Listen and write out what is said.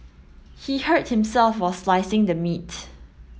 he hurt himself while slicing the meat